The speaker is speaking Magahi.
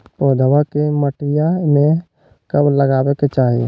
पौधवा के मटिया में कब लगाबे के चाही?